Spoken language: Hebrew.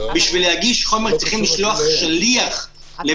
אבל זה לא קשור רק אליהם.